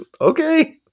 Okay